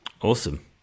Awesome